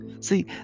See